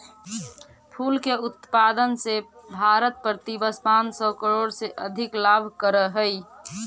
फूल के उत्पादन से भारत प्रतिवर्ष पाँच सौ करोड़ से अधिक लाभ करअ हई